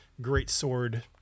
greatsword